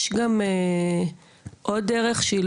יש גם עוד דרך שהיא,